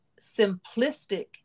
simplistic